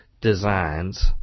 designs